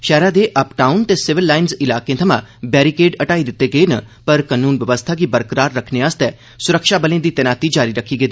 शैहरा दे अपटाउन ते सिविल लाईन्स इलाके थमां बैरीकेड हटाई दित्ते गे पर कानून बवस्था गी बरकरार रक्खने आस्तै सुरक्षाबले दी तैनाती जारी रक्खी गेई